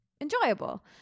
enjoyable